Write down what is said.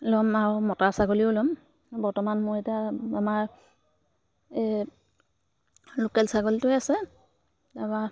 ল'ম আৰু মতাৰ ছাগলীও ল'ম বৰ্তমান মোৰ এতিয়া আমাৰ এই লোকেল ছাগলীটোৱে আছে তাৰপৰা